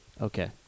okay